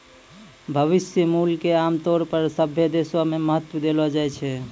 भविष्य मूल्य क आमतौर पर सभ्भे देशो म महत्व देलो जाय छै